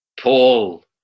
Paul